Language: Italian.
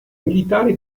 militare